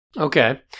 Okay